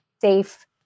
safe